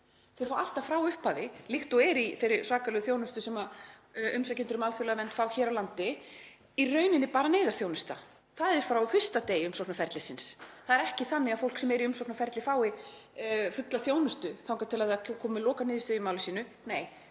Þau fá alltaf frá upphafi — líkt og er í þeirri svakalegu þjónustu sem umsækjendur um alþjóðlega vernd fá hér á landi, í raun bara neyðarþjónustu, það er frá fyrsta degi umsóknarferlisins. Það er ekki þannig að fólk sem er í umsóknarferli fái fulla þjónustu þangað til það er komið með lokaniðurstöðu í máli sínu. Nei,